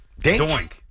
Doink